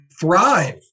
thrive